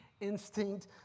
instinct